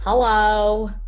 Hello